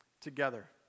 together